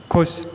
ख़ुश